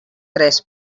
tres